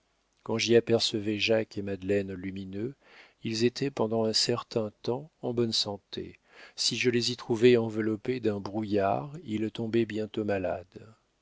quand j'y apercevais jacques et madeleine lumineux ils étaient pendant un certain temps en bonne santé si je les y trouvais enveloppés d'un brouillard ils tombaient bientôt malades